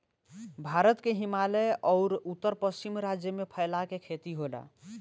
भारत के हिमालय अउर उत्तर पश्चिम राज्य में फैला के खेती होला